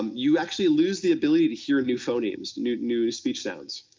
um you actually lose the ability to hear new phonemes, new new speech sounds.